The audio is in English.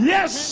Yes